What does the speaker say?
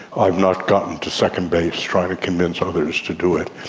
i've not gotten to second base trying to convince others to do it.